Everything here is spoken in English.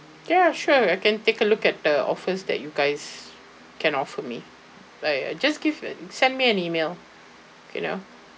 ya sure I can take a look at the offers that you guys can offer me like uh just give send me an email you know